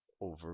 over